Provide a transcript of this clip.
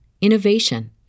innovation